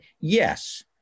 Yes